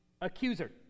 accuser